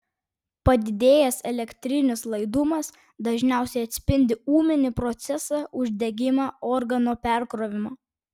padidėjęs elektrinis laidumas dažniausiai atspindi ūminį procesą uždegimą organo perkrovimą